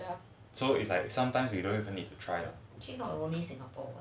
so it's like sometimes you don't even need to try came out only singapore